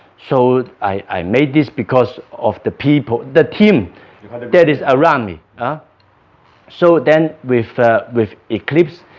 so i made this because of the people, the team kind of that is around me ah so then with with eclipse